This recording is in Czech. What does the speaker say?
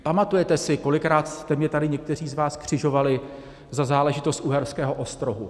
Pamatujete si, kolikrát jste mě tady někteří z vás křižovali za záležitost Uherského Ostrohu?